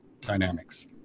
dynamics